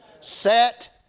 Set